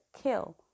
kill